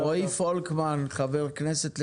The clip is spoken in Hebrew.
רועי פולקמן, חבר הכנסת לשעבר,